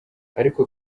ariko